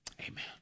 Amen